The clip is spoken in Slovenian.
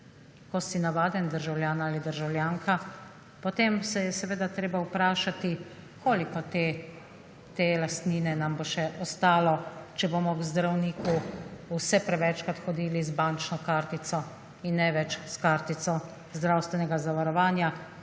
ko si navaden državljan ali državljanka, potem se je seveda treba vprašati koliko te lastnine nam bo še ostalo, če bomo k zdravniku vse prevečkrat hodili z bančno kartico in ne vem s kartico zdravstvenega zavarovanja,